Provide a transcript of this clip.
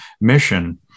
mission